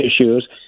issues